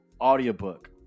audiobook